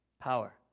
power